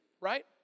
right